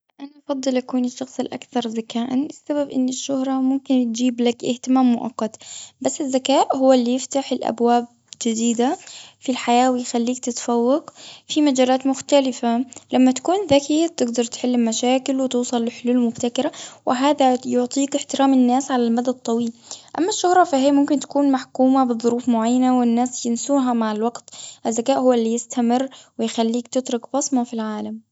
أنا أفضل أكون الشخص الأكثر ذكاءً. السبب، إن الشهرة ممكن تجيبلك اهتمام مؤقت، بس الذكاء هو اللي يفتح الأبواب جديدة في الحياة، ويخليك تتفوق في مجالات مختلفة. لما تكون ذكي، تجدر تحل مشاكل، وتوصل لحلول مبتكرة، وهذا يعطيك احترام الناس على المدى الطويل. أما الشهرة فهي ممكن تكون محكومة بظروف معينة، والناس ينسوها مع الوقت. الذكاء هو اللي يستمر، ويخليك تترك بصمة في العالم.